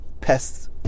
pests